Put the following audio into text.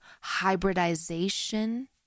hybridization